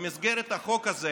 "מסגרת החוק הזה